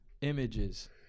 images